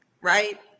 right